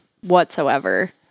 whatsoever